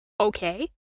Okay